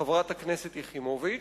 חברת הכנסת יחימוביץ,